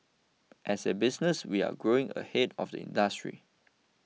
as a business we're growing ahead of the industry